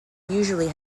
usually